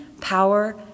power